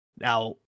Now